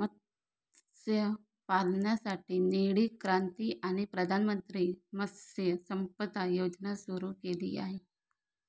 मत्स्यपालनासाठी निळी क्रांती आणि प्रधानमंत्री मत्स्य संपदा योजना सुरू केली आहे